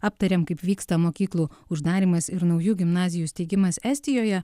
aptariam kaip vyksta mokyklų uždarymas ir naujų gimnazijų steigimas estijoje